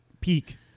peak